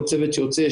כל צוות שיוצא,